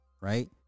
Right